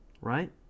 right